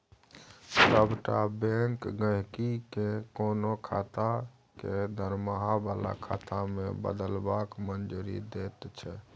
सभटा बैंक गहिंकी केँ कोनो खाता केँ दरमाहा बला खाता मे बदलबाक मंजूरी दैत छै